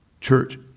church